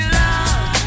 love